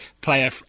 player